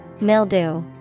Mildew